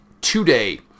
today